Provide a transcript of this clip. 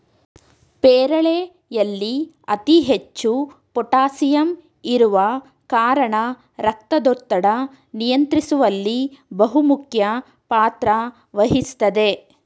ಪೇರಳೆಯಲ್ಲಿ ಅತಿ ಹೆಚ್ಚು ಪೋಟಾಸಿಯಂ ಇರುವ ಕಾರಣ ರಕ್ತದೊತ್ತಡ ನಿಯಂತ್ರಿಸುವಲ್ಲಿ ಬಹುಮುಖ್ಯ ಪಾತ್ರ ವಹಿಸ್ತದೆ